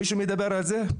מישהו מדבר על זה?